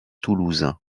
toulousain